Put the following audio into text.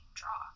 draw